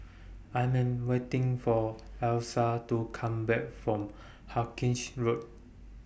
I'm waiting For Alysa to Come Back from Hawkinge Road